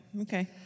Okay